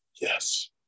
yes